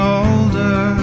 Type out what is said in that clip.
older